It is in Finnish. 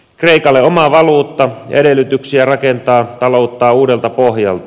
kreikalle oma valuutta ja edellytyksiä rakentaa talouttaan uudelta pohjalta